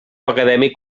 acadèmic